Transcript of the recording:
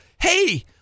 hey